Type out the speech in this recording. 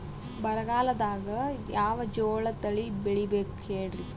ಬರಗಾಲದಾಗ್ ಯಾವ ಜೋಳ ತಳಿ ಬೆಳಿಬೇಕ ಹೇಳ್ರಿ?